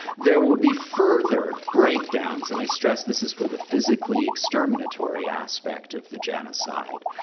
there will be further breakdowns, and i stress this is for the physically exterminatory aspect of the genocide,